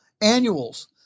annuals